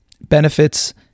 benefits